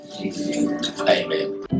Amen